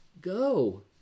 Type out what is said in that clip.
Go